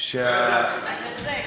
לא ידעתי.